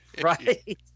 Right